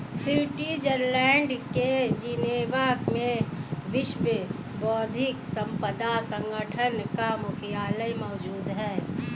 Switzerland के Geneva में विश्व बौद्धिक संपदा संगठन का मुख्यालय मौजूद है